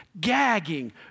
Gagging